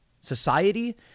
society